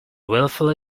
wilfully